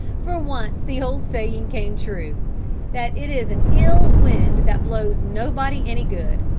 for once the old saying came true that it is an ill wind that blows nobody any good.